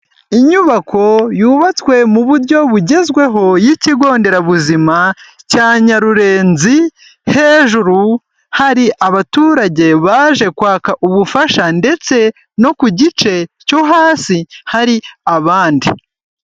Inyubako yubatswe mu buryo bugezweho y'ikigonderabuzima cya Nyarurenzi, hejuru hari abaturage baje kwaka ubufasha ndetse no ku gice cyo hasi hari abandi.